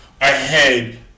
ahead